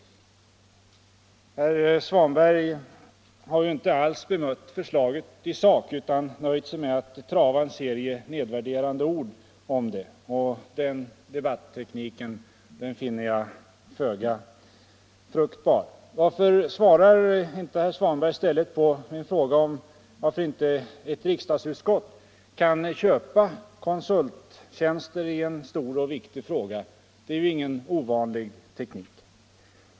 Herr Svanberg har inte alls bemött förslaget i sak utan nöjt sig med att trava en serie nedvärderande ord om det, och den debattekniken finner jag föga fruktbar. Varför svarar inte herr Svanberg i stället på min fråga om varför ett riksdagsutskott inte kan köpa konsulttjänster i en stor och viktig fråga? Det är ju inget ovanligt tillvägagångssätt.